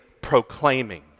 proclaiming